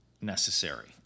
Necessary